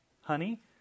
honey